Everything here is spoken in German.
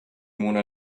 mona